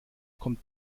kommt